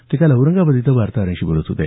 ते काल औरंगाबाद इथं वार्ताहरांशी बोलत होते